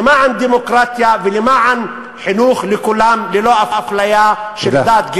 למען דמוקרטיה ולמען חינוך לכולם ללא אפליה של דת,